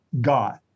God